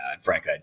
Frank